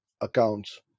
accounts